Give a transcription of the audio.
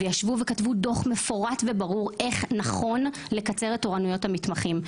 וישבו וכתבו דוח מפורט וברור איך נכון לקצר את תורנויות המתמחים.